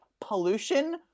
pollution